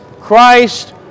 Christ